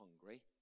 hungry